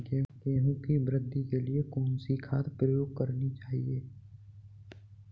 गेहूँ की वृद्धि के लिए कौनसी खाद प्रयोग करनी चाहिए?